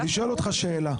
אני שואל אותך שאלה.